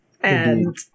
and-